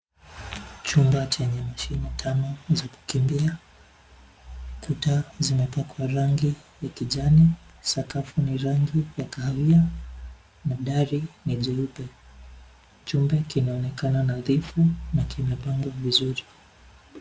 Chumba chenye mashini tano za kukimbia, kuta zimepakwa rangi, ya kijani, sakafu ni rangi ya kahawia, na dari, ni jeupe. Chumba kinaonekana nadhifu na kimepangwa vizuri.